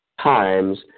times